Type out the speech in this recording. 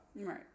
Right